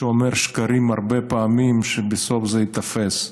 שכשהוא אומר שקרים הרבה פעמים, בסוף זה ייתפס.